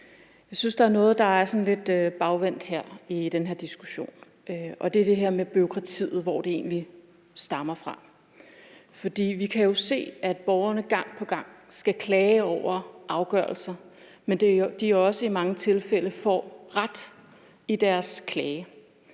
Jeg synes, der er noget, der er sådan lidt bagvendt i den her diskussion, og det er det her med, hvor bureaukratiet egentlig stammer fra. For vi kan jo se, at borgerne gang på gang skal klage over afgørelser, og at de i mange tilfælde også får ret i deres klage,